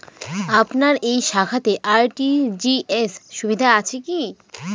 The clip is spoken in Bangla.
আপনার এই শাখাতে আর.টি.জি.এস সুবিধা আছে কি?